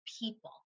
people